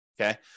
Okay